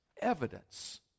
evidence